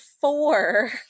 four